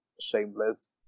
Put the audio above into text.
shameless